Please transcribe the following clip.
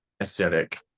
aesthetic